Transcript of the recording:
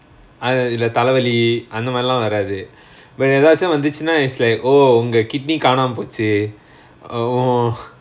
ah இதுல தலவலி அந்த மாரிலா வராது:ithula thalavali antha maarila varaathu but எதாச்சும் வந்திச்சினா:ethachum vanthichinaa it's like oh ஒங்க:onga kidney காணாமப்போச்சு:kaanaamapochu oh